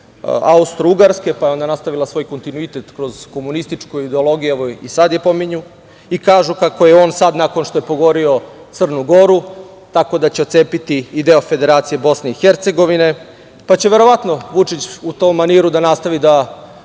pa je onda nastavila svoj kontinuitet kroz komunističku ideologiju, evo i sada je pominju, i kažu kako je on sada nakon što pokorio Crnu Goru, tako da će otcepiti i deo Federacije Bosne i Hercegovine, pa će verovatno Vučić u tom maniru da nastavi da